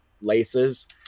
laces